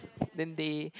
then they